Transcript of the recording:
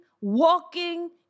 walking